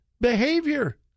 behavior